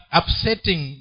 upsetting